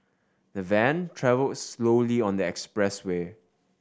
the van travelled slowly on the expressway